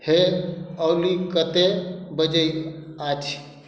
हे ऑली कतेक बजैत अछि